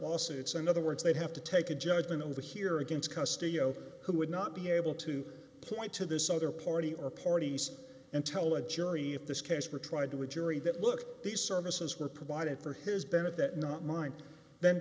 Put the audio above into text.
lawsuits in other words they have to take a judgment over here against custody you know who would not be able to point to this other party or parties and tell a jury if this case were tried to a jury that look these services were provided for his benefit not mine then